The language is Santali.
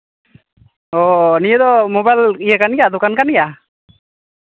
ᱚᱻ ᱱᱤᱭᱟᱹ ᱫᱚ ᱢᱳᱵᱟᱭᱤᱞ ᱤᱭᱟᱹ ᱠᱟᱱ ᱜᱮᱭᱟ ᱫᱚᱠᱟᱱ ᱠᱟᱱ ᱜᱮᱭᱟ